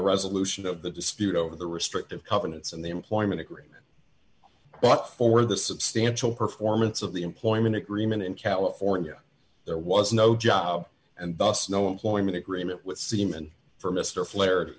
resolution of the dispute over the restrictive covenants in the employment agreement but for the substantial performance of the employment agreement in california there was no job and thus no employment agreement with semen from mr fla